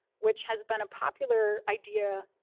which has been a popular idea,